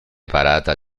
parata